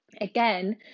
again